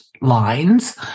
lines